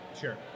Sure